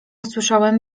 słyszałem